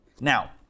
Now